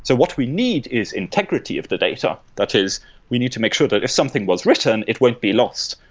so what we need is integrity of the data, that is we need to make sure that if something was written, it won't be lost,